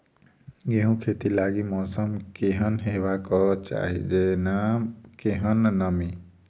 गेंहूँ खेती लागि मौसम केहन हेबाक चाहि जेना केहन नमी?